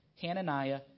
Hananiah